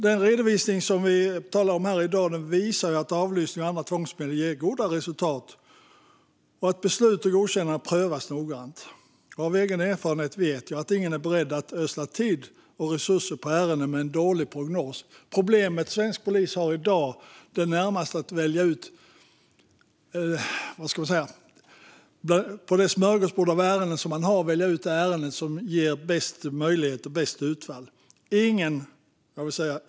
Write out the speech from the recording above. Den redovisning som vi talar om här i dag visar att avlyssning och andra tvångsmedel ger goda resultat och att beslut och godkännande prövas noggrant. Av egen erfarenhet vet jag att ingen är beredd att ödsla tid och resurser på ärenden med en dålig prognos. Problemet svensk polis har i dag är närmast att bland det smörgåsbord av ärenden man har välja ut ärenden som man har bäst möjlighet att klara ut och som ger bäst utfall.